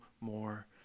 more